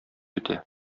үтә